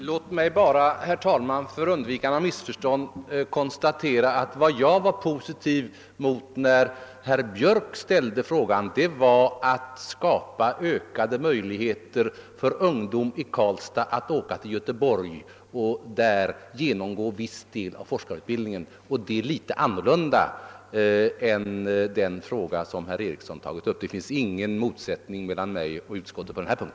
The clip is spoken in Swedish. Herr talman! Låt mig bara för undvikande av missförstånd säga att vad jag var positiv till när herr Björk ställde sin fråga var att skapa ökade möjligheter för ungdom i Karlstad att åka till Göteborg och där genomgå viss del av forskarutbildningen. Det är en annan sak än den fråga som herr Eriksson i Arvika tagit upp. Det finns ingen motsättning mellan mig och utskottet på denna punkt.